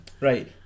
Right